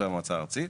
והמועצה הארצית.